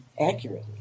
accurately